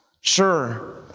Sure